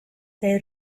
they